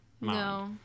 No